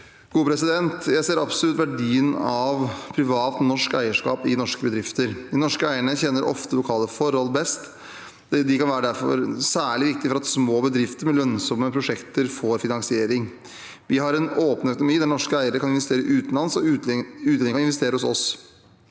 Jeg ser absolutt verdien av privat norsk eierskap i norske bedrifter. De norske eierne kjenner ofte lokale forhold best. De kan derfor være særlig viktige for at små bedrifter med lønnsomme prosjekter får finansiering. Vi har en åpen økonomi der norske eiere kan investere utenlands, og utlendinger kan investere hos oss.